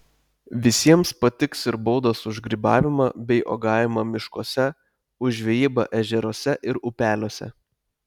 visiems patiks ir baudos už grybavimą bei uogavimą miškuose už žvejybą ežeruose ir upeliuose